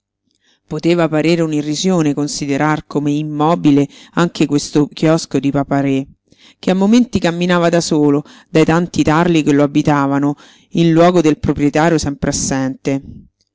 parere un'irrisione considerar come immobile anche questo chiosco di papa-re che a momenti camminava da solo dai tanti tarli che lo abitavano in luogo del proprietario sempre assente